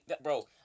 Bro